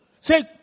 Say